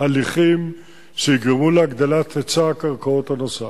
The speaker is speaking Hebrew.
הליכים שיגרמו להגדלת היצע הקרקעות הנוסף.